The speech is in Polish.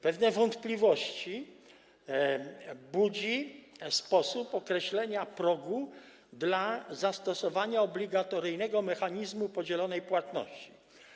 Pewne wątpliwości budzi sposób określenia progu dla zastosowania obligatoryjnego mechanizmu podzielonej płatności.